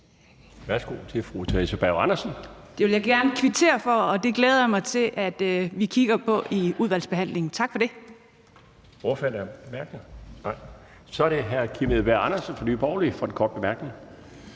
Kl. 12:28 Theresa Berg Andersen (SF): Det vil jeg gerne kvittere for, og det glæder jeg mig til at vi kigger på i udvalgsbehandlingen. Tak for det.